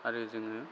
आरो जोङो